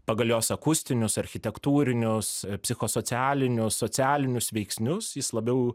pagal jos akustinius architektūrinius psichosocialinius socialinius veiksnius jis labiau